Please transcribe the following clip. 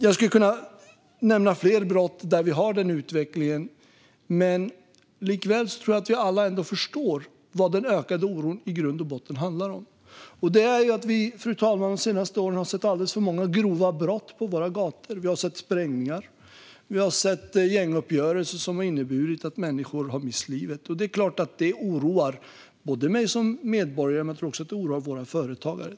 Jag skulle kunna nämna fler brott där vi har den utvecklingen, men jag tror att vi alla ändå förstår vad den ökade oron i grund och botten handlar om. Det handlar om att vi, fru talman, de senaste åren har sett alldeles för många grova brott på våra gator. Vi har sett sprängningar. Vi har sett gänguppgörelser som har inneburit att människor har mist livet. Det är klart att det oroar mig som medborgare, men jag tror också att det oroar våra företagare.